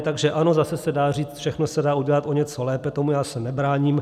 Takže ano, zase se dá říct, všechno se dá udělat o něco lépe, tomu já se nebráním.